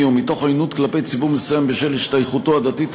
או מתוך עוינות כלפי ציבור מסוים בשל השתייכותו הדתית,